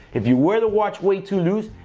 if you wear the watch way too loose,